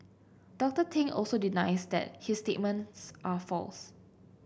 Doctor Ting also denies that his statements are false